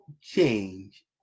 change